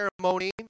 ceremony